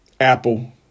Apple